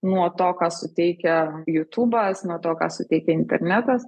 nuo to ką suteikia jūtūbas nuo to ką suteikia internetas